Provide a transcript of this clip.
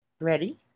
Ready